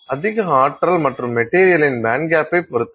அதிக ஆற்றல் மற்றும் அந்த மெட்டீரியலின் பேண்ட்கேப்பைப் பொறுத்தது